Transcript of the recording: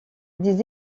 des